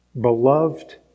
beloved